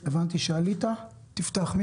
הוא